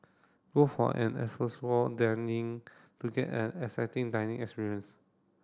go for an dining to get an exciting dining experience